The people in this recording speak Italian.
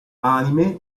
anime